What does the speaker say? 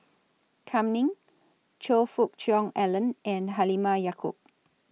Kam Ning Choe Fook Cheong Alan and Halimah Yacob